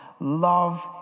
Love